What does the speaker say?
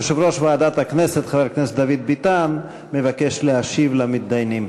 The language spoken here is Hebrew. יושב-ראש ועדת הכנסת חבר הכנסת דוד ביטן מבקש להשיב למתדיינים.